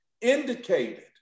indicated